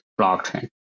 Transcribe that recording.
blockchain